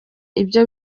ibyo